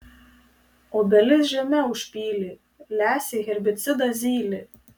obelis žeme užpylė lesė herbicidą zylė